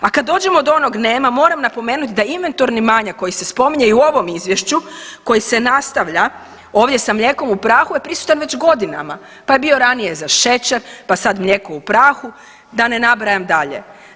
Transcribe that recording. A kad dođemo do onog nema moram napomenuti da inventurni manjak koji se spominje i u ovom izvješću koji se nastavlja ovdje sa mlijekom u prahu je prisutan već godinama, pa je bio ranije za šećer, pa sad mlijeko u prahu, da ne nabrajam dalje.